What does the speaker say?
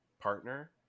partner